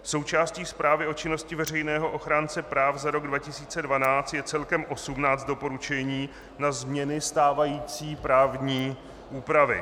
Součástí zprávy o činnosti veřejného ochránce práv za rok 2012 je celkem 18 doporučení na změny stávající právní úpravy.